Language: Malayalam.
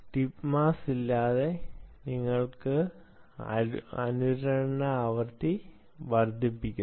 ടിപ്പ് മാസ്സ് ഇല്ലാതെ നിങ്ങൾ അനുരണന ആവൃത്തി വർദ്ധിപ്പിക്കുന്നു